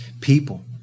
people